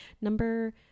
Number